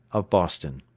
of boston.